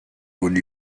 would